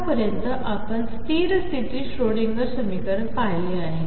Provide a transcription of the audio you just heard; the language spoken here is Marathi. आतापर्यंतआपणस्थिरस्थितीश्रोडिंगरसमीकरणपहिलेआहे